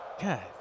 God